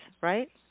right